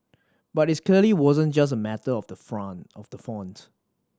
but it clearly wasn't just a matter of the from of the font